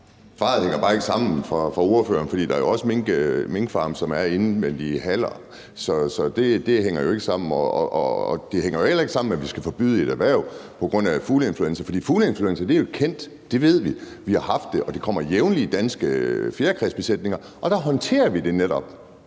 fra ordføreren hænger bare ikke sammen, for der er jo også minkfarme, som er indvendige, i haller. Så det hænger jo ikke sammen. Og det hænger jo heller ikke sammen med, at vi skal forbyde et erhverv på grund af fugleinfluenza, for fugleinfluenza er jo kendt – det ved vi – vi har haft det, og det kommer jævnligt i danske fjerkræbesætninger. Og derfor håndterer vi det netop.